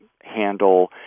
handle